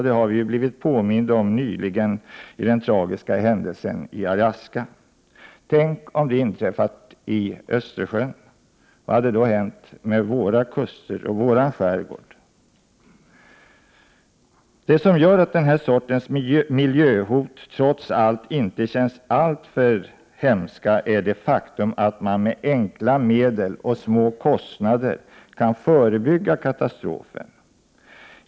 Det har vi blivit påminda om nyligen genom den tragiska händelsen i Alaska. Tänk om den inträffat i Östersjön — vad hade då hänt med våra kuster och vår skärgård? Det som gör att denna sorts miljöhot trots allt inte känns alltför hemskt är det faktum att man med enkla medel och till små kostnader kan förebygga katastrofen.